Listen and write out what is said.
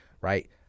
Right